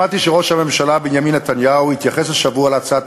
שמעתי שראש הממשלה בנימין נתניהו התייחס השבוע להצעת